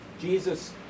Jesus